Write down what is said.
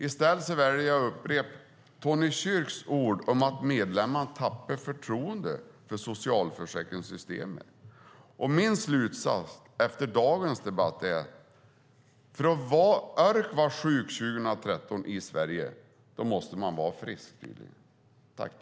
I stället väljer jag att upprepa Tony Kyrks ord om att medlemmar tappar förtroendet för socialförsäkringssystemet. Min slutsats efter dagens debatt är att för att orka vara sjuk år 2013 i Sverige måste man vara frisk.